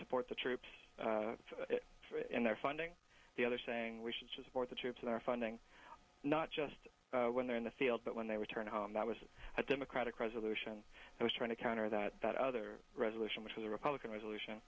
support the troops in their funding the other saying we should support the troops that are funding not just when they're in the field but when they return home that was a democratic resolution i was trying to counter that that other resolutions for the republican resolution